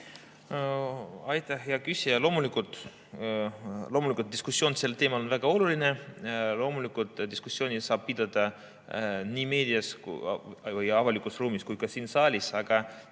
Aitäh, hea küsija! Loomulikult on diskussioon sel teemal väga oluline. Loomulikult saab diskussiooni pidada nii meedias, avalikus ruumis kui ka siin saalis. Aga